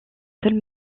seul